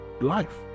life